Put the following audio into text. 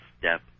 step